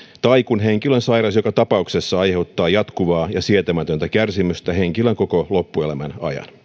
tai kun henkilön sairaus joka tapauksessa aiheuttaa jatkuvaa ja sietämätöntä kärsimystä henkilön koko loppuelämän ajan